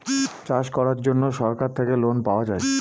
চাষ করার জন্য সরকার থেকে লোন পাওয়া যায়